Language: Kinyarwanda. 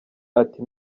ati